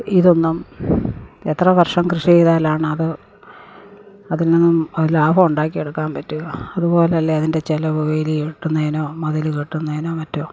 ഇതൊന്നും എത്ര വർഷം കൃഷി ചെയ്താലാണത് അതിൽ നിന്നും ലാഭം ഉണ്ടാക്കിയെടുക്കാൻ പറ്റുക അതുപോലെ അല്ലേ അതിൻ്റെ ചിലവ് വേലികെട്ടുന്നേനോ മതില് കെട്ടുന്നതിനോ മറ്റോ